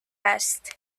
است